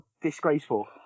disgraceful